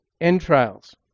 entrails